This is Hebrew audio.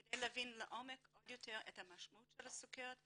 כדי להבין יותר לעומק את משמעות הסוכרת,